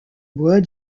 bois